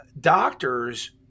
doctors